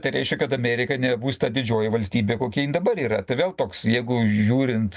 tai reiškia kad amerika nebebus ta didžioji valstybė kokia jin dabar yra tai vėl toks jeigu žiūrint